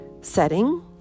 setting